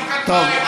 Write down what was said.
טוב.